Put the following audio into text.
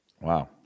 Wow